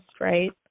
right